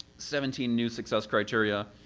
seventeen new success criteria,